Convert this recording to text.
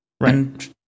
right